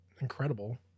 incredible